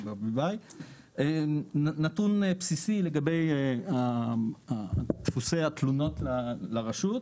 נתון בסיסי לגבי דפוסי התלונות לרשות.